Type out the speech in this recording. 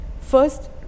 first